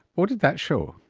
what did that show?